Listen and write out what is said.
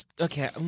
Okay